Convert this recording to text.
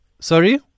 Sorry